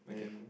and